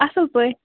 اَصٕل پٲٹھۍ